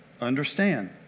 understand